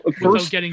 first